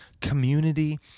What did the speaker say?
community